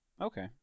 Okay